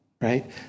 right